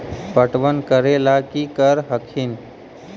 पटबन करे ला की कर हखिन?